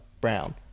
Brown